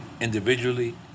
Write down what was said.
individually